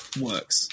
works